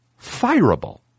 fireable